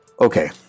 Okay